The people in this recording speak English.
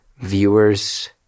viewers